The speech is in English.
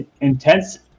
intense